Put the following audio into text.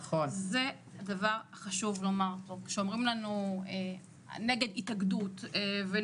כל אימת שהם נדרשים לכוננות, הם מקבלים כוננות.